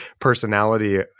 personality